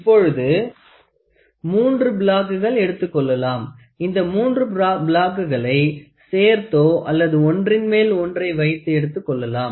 இப்பொழுது மூன்று பிளாக்குகளை எடுத்துக் கொள்ளலாம் இந்த மூன்று பிளாக்குகளை சேர்த்தோ அல்லது ஒன்றின் மேல் ஒன்றை வைத்து எடுத்துக் கொள்ளலாம்